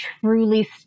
truly